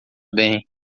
bem